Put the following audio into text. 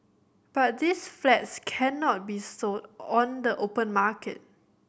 but these flats cannot be sold on the open market